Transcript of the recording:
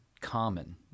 common